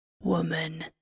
Woman